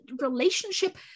relationship